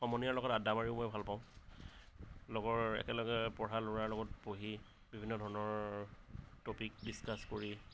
সমনীয়াৰ লগত আড্ডা মাৰিও মই ভাল পাওঁ লগৰ একেলগে পঢ়া ল'ৰাৰ লগত বহি বিভিন্ন ধৰণৰ টপিক ডিছকাছ কৰি